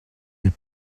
elle